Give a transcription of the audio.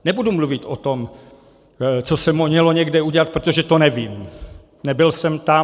Nebudu mluvit o tom, co se mělo někde udělat, protože to nevím, nebyl jsem tam.